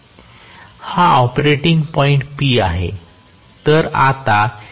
हा operating point P आहे